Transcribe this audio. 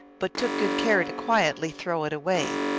but took good care to quietly throw it away.